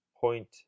point